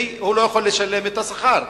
והוא לא יכול לשלם את השכר.